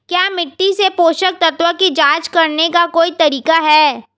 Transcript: क्या मिट्टी से पोषक तत्व की जांच करने का कोई तरीका है?